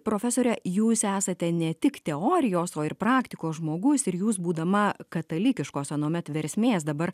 profesore jūs esate ne tik teorijos o ir praktikos žmogus ir jūs būdama katalikiškos anuomet versmės dabar